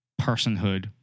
personhood